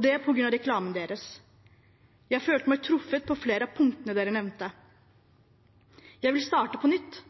det på grunn av reklamen deres. Jeg følte meg truffet på flere av punktene dere nevnte. Jeg vil starte på nytt.